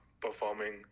performing